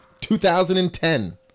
2010